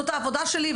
זאת העבודה שלי,